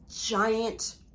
giant